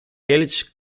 elche